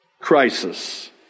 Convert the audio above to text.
crisis